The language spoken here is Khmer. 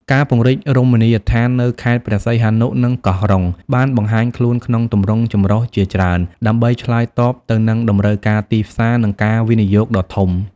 ការពង្រីករមណីយដ្ឋាននៅខេត្តព្រេះសីហនុ និងកោះរ៉ុង បានបង្ហាញខ្លួនក្នុងទម្រង់ចម្រុះជាច្រើន ដើម្បីឆ្លើយតបទៅនឹងតម្រូវការទីផ្សារ និងការវិនិយោគដ៏ធំ។